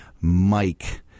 Mike